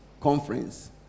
conference